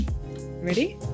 ready